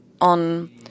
on